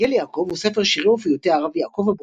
יגל יעקב הוא ספר שירי ופיוטי הרב יעקב אבוחצירא,